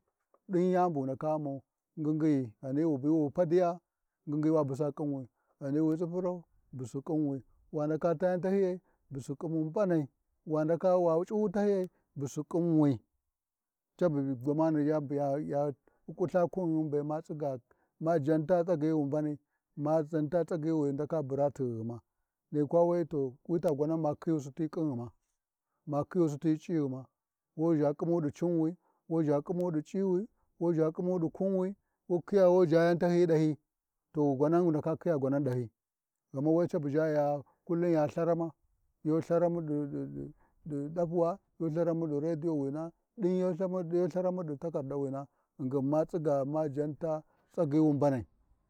Ɗin yani bu wu ndaka ummau, ngigyiyi wu Padiya ngyingi wabusa ƙinwi, ghani wi tsipurau, busi ƙinwi, ghani wu ndaka taa yan tahyiyai busu ƙimu mbanai wa ndaka iwa c’u yau tahiyiya busu ƙinwi cabu gwamana yayi ƙuƙƙulha kunghinbe, ma tsiga ma jenta tsagyi wi mbani be ma janta tsagyi wi ndaka bura tighima ghani kwa uu to wi ta gwannan ma khiyusi ti ƙinghima ma khiyusi ti ci’ighima, wuzha ƙimu ɗi ci’iwi, wu ʒha ƙimu ɗi kunwi wu khiya wu ʒha yau tahyiyin ɗahyi to gwana wi ndaka khiya gwanan ɗahyi, ghaman ne caba ʒha kullum ya Lharama kullum ya Lharama ɗi-ɗi- dapuwa yu Lharama ɗi radiwina ɗin yu Lharana ɗi takardu wuna ghingin ma tsigo a janta tsagyi wi mbnai.